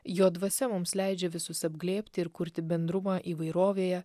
jo dvasia mums leidžia visus apglėbti ir kurti bendrumą įvairovėje